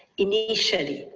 initially,